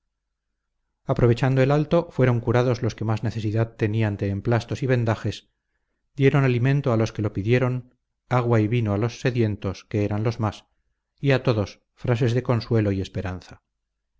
aprovechando el alto fueron curados los que más necesidad tenían de emplastos y vendajes dieron alimento a los que lo pidieron agua y vino a los sedientos que eran los más a todos frases de consuelo y esperanza